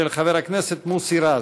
של חבר הכנסת מוסי רז.